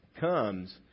comes